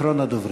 אחרון הדוברים.